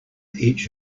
each